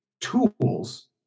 tools